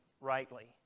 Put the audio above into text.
rightly